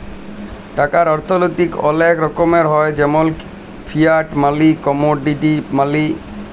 টাকার অথ্থলৈতিক অলেক রকমের হ্যয় যেমল ফিয়াট মালি, কমোডিটি মালি